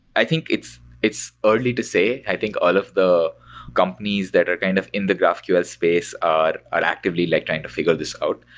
i think it's it's early to say. i think all of the companies that are kind of in the graphql space are ah actively like trying to figure this out.